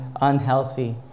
unhealthy